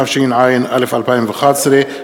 התשע"א 2011,